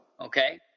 Okay